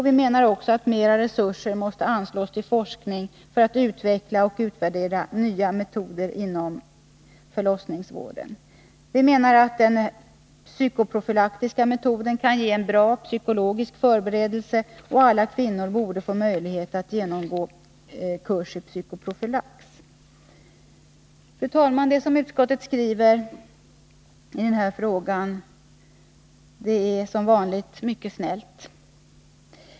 Vi menar också att mer resurser måste anslås till forskning för att man skall kunna utveckla och utvärdera nya metoder inom förlossningsvården. Vi anser att den psykoprofylaktiska metoden kan ge en bra psykologisk förberedelse och att alla kvinnor borde få möjlighet att genomgå kurs i psykoprofylax. Fru talman! Det som utskottet skriver i den här frågan är som vanligt mycket snällt.